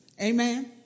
Amen